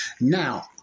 Now